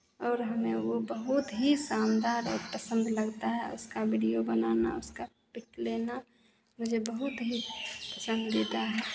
और हमें ओ बहुत ही शानदार और पसन्द लगता है उसका वीडिओ बनाना उसका पिक लेना मुझे बहुत ही पसन्द देता है